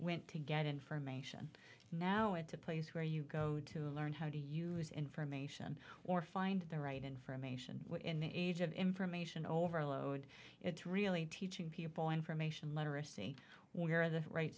went to get information and now it's a place where you go to learn how to use information or find the right information in the age of information overload it's really teaching people information literacy where the right